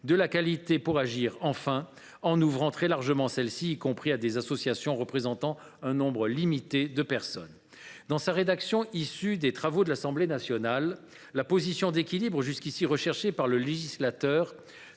de la qualité pour agir, enfin, celle ci étant très largement ouverte, y compris à des associations représentant un nombre limité de personnes. Dans la rédaction issue des travaux de l’Assemblée nationale, la position d’équilibre jusqu’à présent recherchée par le législateur